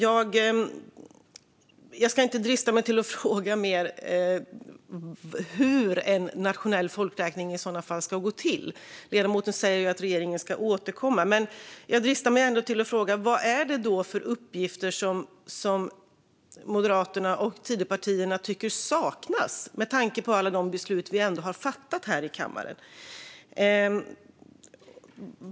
Jag ska inte fråga hur en nationell folkräkning ska gå till, för ledamoten säger att regeringen ska återkomma. Men jag dristar mig ändå till att fråga vad det är för uppgifter som Moderaterna och övriga Tidöpartier tycker saknas - med tanke på alla de beslut som fattats i kammaren?